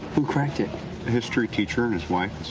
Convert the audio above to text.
who cracked it? a history teacher and his wife.